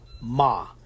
Ma